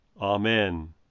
Amen